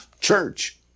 church